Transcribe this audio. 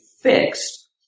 fixed